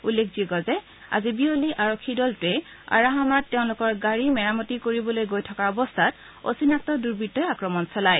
উল্লেখযোগ্য যে আজি বিয়লি আৰক্ষীৰ দলটোৱে আৰাহামাত তেওঁলোকৰ গাড়ী মেৰামতি কৰি থকাৰ সময়ত অচিনাক্ত দুৰ্বৃত্তই আক্ৰমণ চলায়